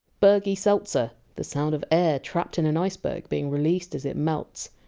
bergy seltzer! the sound of air trapped in an iceberg being released as it melts!